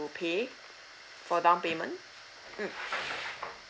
pay for down payment mm